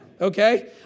Okay